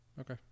okay